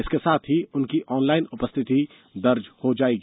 इसके साथ ही उनकी ऑनलाइन उपस्थिति दर्ज हो जाएगी